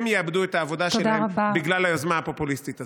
הם יאבדו את השכר שלהם בגלל היוזמה הפופוליסטית הזאת.